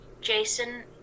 Jason